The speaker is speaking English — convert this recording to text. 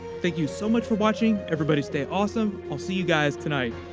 thank you so much for watching, everybody. stay awesome. i'll see you guys tonight